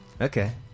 Okay